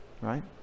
right